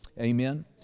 Amen